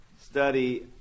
study